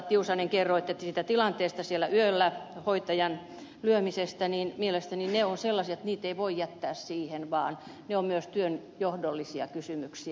tiusanen kun kerroitte siitä tilanteesta yöllä hoitajan lyömisestä niin mielestäni ne ovat sellaisia tapauksia ettei niitä voi jättää siihen vaan ne ovat myös työnjohdollisia kysymyksiä